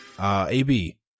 Ab